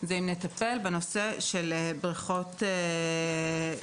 זה אם נטפל בנושא של בריכות ביתיות.